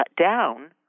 down